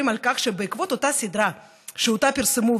על כך שבעקבות אותה סדרה שאותה פרסמו,